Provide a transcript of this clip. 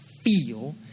feel